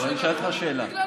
אני אשאל אותך שאלה.